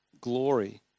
glory